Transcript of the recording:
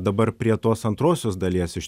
dabar prie tos antrosios dalies iš